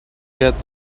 get